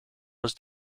was